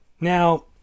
Now